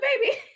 baby